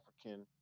African